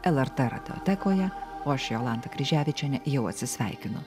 lrt radiotekoje o aš jolanta kryževičienė jau atsisveikinu